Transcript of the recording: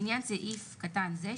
לעניין סעיף קטן זה,